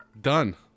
Done